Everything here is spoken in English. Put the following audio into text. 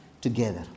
together